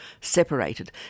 separated